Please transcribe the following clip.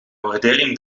waardering